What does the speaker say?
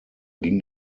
ging